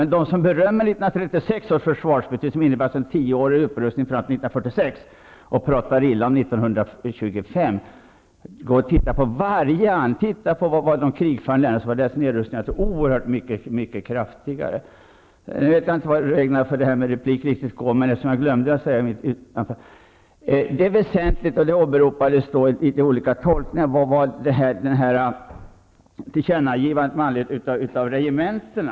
Till dem som berömmer 1936 års försvarsbeslut, som innebar en tioårig upprustning fram till 1946, och talar illa om 1925 års beslut vill jag säga: Titta på vilka nedrustningar de krigförande länderna gjorde. De var oerhört mycket kraftigare neddragningar. Här oberopades olika tolkningar av tillkännagivandet om nedläggning av vissa regementen.